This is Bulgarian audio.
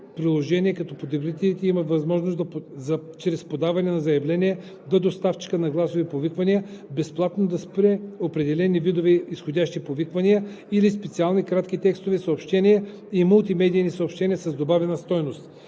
като потребителят има възможност чрез подаване на заявление до доставчика на гласови повиквания безплатно да спре определени видове изходящи повиквания или специални кратки текстови съобщения и мултимедийни съобщения с добавена стойност